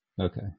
Okay